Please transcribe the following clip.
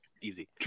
easy